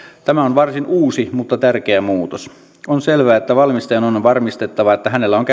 tämä on varsin uusi mutta tärkeä muutos on selvää että valmistajan on on varmistettava että hänellä on